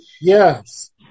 Yes